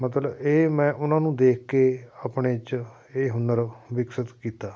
ਮਤਲਬ ਇਹ ਮੈਂ ਉਹਨਾਂ ਨੂੰ ਦੇਖ ਕੇ ਆਪਣੇ 'ਚ ਇਹ ਹੁਨਰ ਵਿਕਸਿਤ ਕੀਤਾ